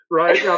right